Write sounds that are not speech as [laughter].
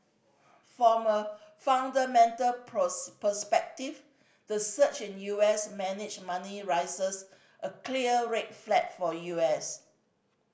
from a fundamental [unintelligible] perspective the surge in U S managed money raises a clear red flag for U S